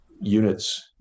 units